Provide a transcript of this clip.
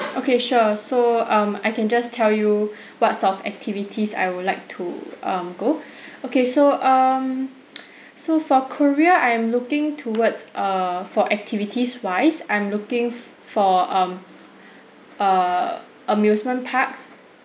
okay sure so um I can just tell you what sort activities I would like to um go okay so um so for korea I'm looking towards err for activities wise I'm looking for um err amusement parks